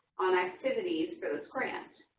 on activities for this grant.